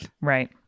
Right